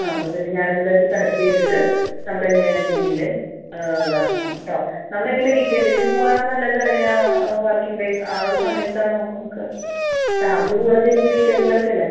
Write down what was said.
ആ അപ്പം പിന്നെ ഞാൻ എന്താണ് വെച്ചാൽ സെലക്റ്റ് ചെയ്തിട്ട് നമ്മൾ എങ്ങനെയാണെന്ന് വെച്ചിട്ടുണ്ടെങ്കിൽ ആക്കാം കേട്ടോ നമ്മൾ എങ്ങനെ വീക്കെൻഡിൽ പോവുകയാണോ നല്ലത് അല്ലെങ്കിൽ വർക്കിംഗ് ഡേയ്സ് ആ ഒരു സമയത്ത് ആണോ നമുക്ക് ചാർജ് കൂടുക ശരിക്ക് വീക്കെൻഡിൽ ഒക്കെ അല്ലേ